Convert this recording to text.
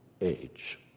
age